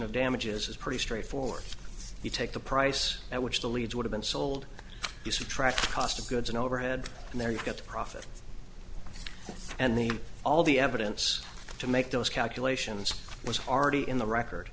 of damages is pretty straightforward you take the price at which the leads would have been sold you subtract cost of goods and overhead and there you get the profit and the all the evidence to make those calculations was already in the record